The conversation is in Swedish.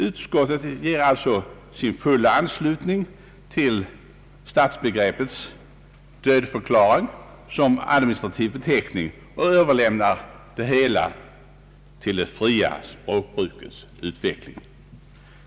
Utskottet ger alltså sin fulla anslutning till stadsbegreppets dödförklaring som administrativ beteckning och överlämnar det hela till det fria språkbrukets utveckling.